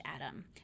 adam